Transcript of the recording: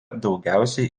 daugiausiai